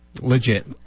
Legit